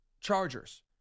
Chargers